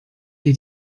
der